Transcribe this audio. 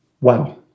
Wow